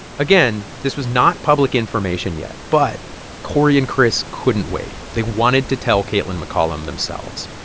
again, this was not public information yet. but cory and chris couldn't wait. they wanted to tell kaitlyn mccollum themselves.